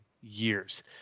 years